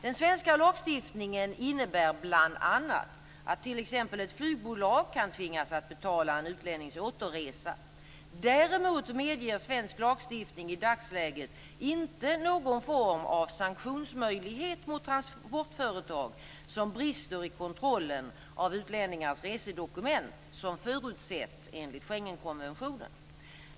Den svenska lagstiftningen innebär bl.a. att t.ex. ett flygbolag kan tvingas att betala en utlännings återresa. Däremot medger svensk lagstiftning i dagsläget inte någon form av sanktionsmöjlighet mot transportföretag som brister i kontrollen av utlänningars resedokument som förutsätts enligt Schengenkonventionen.